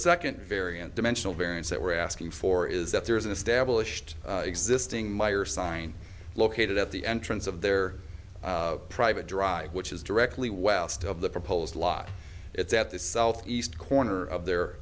second variant dimensional variance that we're asking for is that there is an established existing meyer sign located at the entrance of their private drive which is directly west of the proposed lot it's at the southeast corner of their